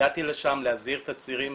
הגעתי לשם להזהיר את הצעירים,